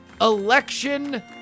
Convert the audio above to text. Election